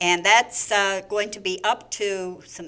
and that's going to be up to some